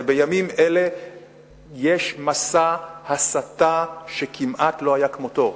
ובימים אלה יש מסע הסתה שכמעט לא היה כמותו,